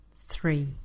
Three